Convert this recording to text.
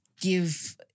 give